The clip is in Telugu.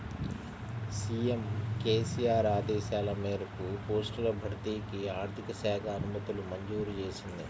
సీఎం కేసీఆర్ ఆదేశాల మేరకు పోస్టుల భర్తీకి ఆర్థిక శాఖ అనుమతులు మంజూరు చేసింది